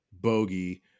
bogey